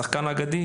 השחקן האגדי,